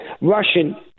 Russian